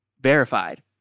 verified